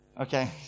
Okay